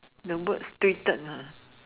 the words tweeted lah